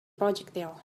projectile